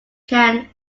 can